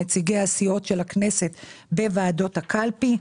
נציגי הסיעות של הכנסת בוועדות הקלפי.